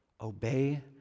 Obey